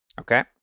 okay